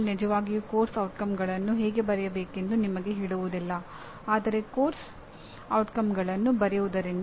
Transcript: ಮತ್ತು ವಿದ್ಯಾರ್ಥಿಯಿಂದ ನಿಗದಿತ ಫಲಿತಾಂಶವನ್ನು ಎಷ್ಟರಮಟ್ಟಿಗೆ ಸಾಧಿಸಲಾಗಿದೆ ಎಂಬುದರ ಆಧಾರದ ಮೇಲೆ ಕಲಿಕೆಯನ್ನು ಅಳೆಯಲಾಗುತ್ತದೆ